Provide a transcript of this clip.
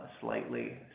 slightly